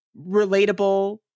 relatable